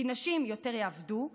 כי נשים יעבדו יותר,